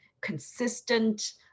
consistent